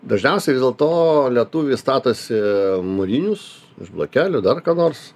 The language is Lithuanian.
dažniausiai vis dėl to lietuviai statosi mūrinius iš blokelių dar ką nors